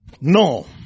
no